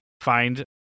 find